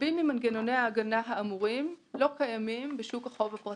רבים ממנגנוני ההגנה האמורים לא קיימים בשוק החוב הפרטי.